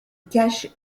cache